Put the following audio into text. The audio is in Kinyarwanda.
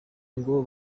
ngo